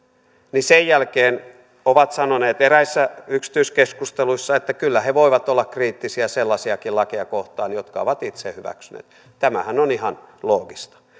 niin sen jälkeen ovat sanoneet eräissä yksityiskeskusteluissa että kyllä he voivat olla kriittisiä sellaisiakin lakeja kohtaan jotka ovat itse hyväksyneet tämähän on ihan loogista